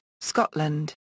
Scotland